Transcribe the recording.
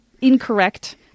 incorrect